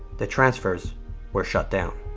the transfers were shut down.